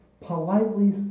politely